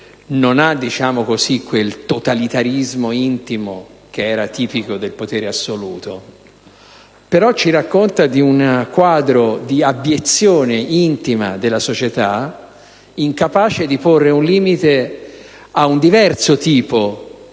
non ha quel totalitarismo intimo che era tipico del potere assoluto, però rappresenta un quadro di abiezione intima della società, incapace di porre un limite ad un diverso tipo